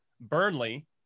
Burnley